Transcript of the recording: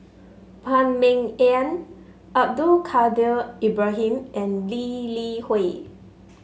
Phan Ming Yen Abdul Kadir Ibrahim and Lee Li Hui